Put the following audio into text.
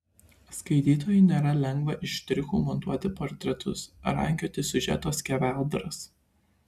skaitytojui nėra lengva iš štrichų montuoti portretus rankioti siužeto skeveldras